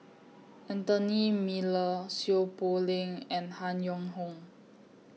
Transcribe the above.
Anthony Miller Seow Poh Leng and Han Yong Hong